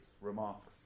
remarks